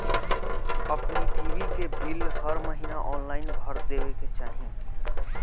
अपनी टी.वी के बिल हर महिना ऑनलाइन भर देवे के चाही